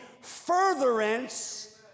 furtherance